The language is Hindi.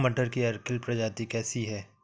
मटर की अर्किल प्रजाति कैसी है?